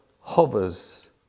hovers